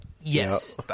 yes